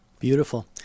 Beautiful